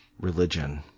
religion